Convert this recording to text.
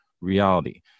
reality